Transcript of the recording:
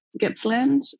Gippsland